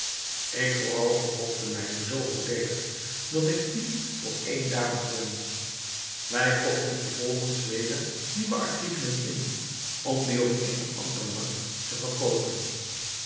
ik vooral verkocht de mijnen zoo voordeelig dat ik tien voor één daarop won wij kochten vervolgens weder nieuwe artikelen in om die op eene andere markt te verkoopen